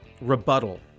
rebuttal